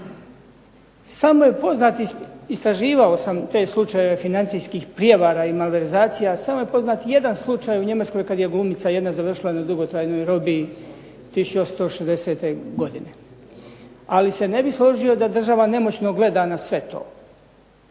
Samo je poznati istraživao sam te slučajeve financijskih prijevara i malverzacija, samo je poznat jedan slučaj u Njemačkoj kada je glumica završila na dugotrajnoj robiji 1860. godine. Ali se ne bih složio da država gleda nemoćno na sve to,